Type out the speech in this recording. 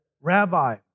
rabbi